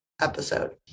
episode